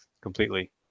completely